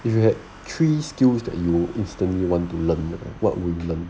if you had three skills that you will instantly you want to learn right what would you learn